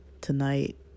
tonight